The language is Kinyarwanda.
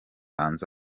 hanze